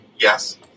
Yes